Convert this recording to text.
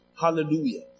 Hallelujah